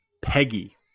Peggy